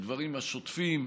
הדברים השוטפים,